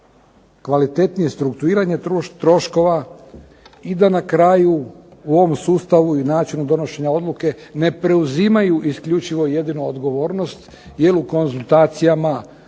kvalitetnije strukturiranje troškova i da na kraju u ovom sustavu i načinu donošenja odluke ne preuzimaju isključivo jedino odgovornost, jer u konzultacijama